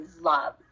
love